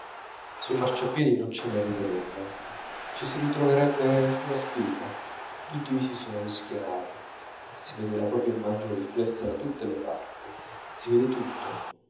sui marciapiedi non c'è una riga d'ombra ci si ritroverebbe una spilla tutti i visi sono rischiarati si vede la propria immagine riflessa da tutte le parti si vede tutto